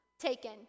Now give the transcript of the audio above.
taken